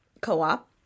co-op